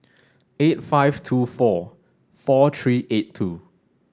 eight five two four four three eight two